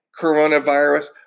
coronavirus